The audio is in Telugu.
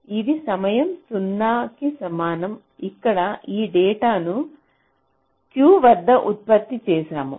ఇది సమయం 0 కి సమానం ఇక్కడ ఈ డేటాను Q వద్ద ఉత్పత్తి చేసాము